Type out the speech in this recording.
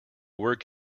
work